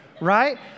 Right